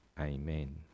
amen